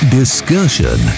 discussion